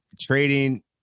trading